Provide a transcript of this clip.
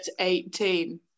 18